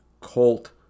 Colt